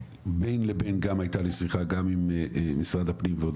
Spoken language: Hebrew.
בין לבין גם הייתה לי שיחה גם עם משרד הפנים וגם